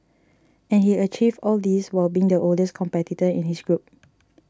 and he achieved all this while being the oldest competitor in his group